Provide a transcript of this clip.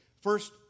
First